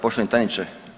Poštovani tajniče.